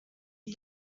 who